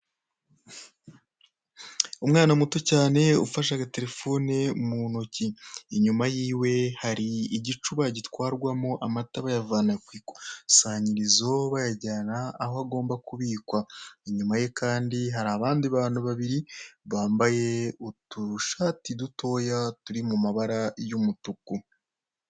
Umwana muto cyane ufashe agaterefone mu ntoki inyuma yiwe hari igicuba gitwarwamo amata bayavana ku ikusanyirizo bayajyana aho agomba kubikwa, inyuma ye kandi hari abandi bantu babiri bambaye udushati dutoya turi mu mabara y'umutuku.